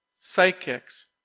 psychics